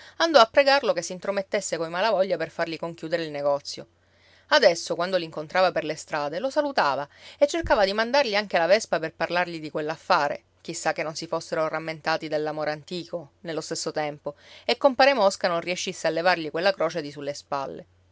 andò a pregarlo che s'intromettesse coi malavoglia per fargli conchiudere il negozio adesso quando l'incontrava per le strade lo salutava e cercava di mandargli anche la vespa per parlargli di quell'affare chissà che non si fossero rammentati dell'amore antico nello stesso tempo e compare mosca non riescisse a levargli quella croce di su le spalle